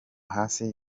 hasi